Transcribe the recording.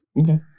Okay